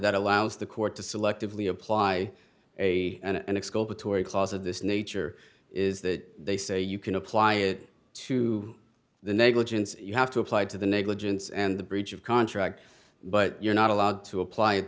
that allows the court to selectively apply a and it's a tory clause of this nature is that they say you can apply it to the negligence you have to apply to the negligence and the breach of contract but you're not allowed to apply it